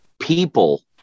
people